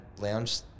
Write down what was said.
lounge